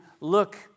look